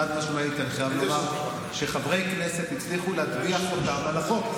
חד-משמעית אני חייב לומר שחברי כנסת הצליחו להטביע חותם על החוק.